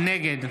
נגד